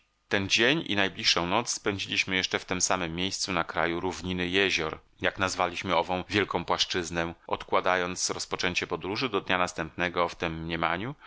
ten dzień i najbliższą noc spędziliśmy jeszcze w tem samem miejscu na kraju równiny jezior jak nazwaliśmy ową wielką płaszczyznę odkładając rozpoczęcie podróży do dnia następnego w tem mniemaniu